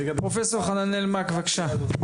פרופ' חננאל מאק, בבקשה.